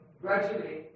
gradually